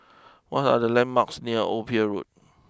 what are the landmarks near Old Pier Road